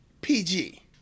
PG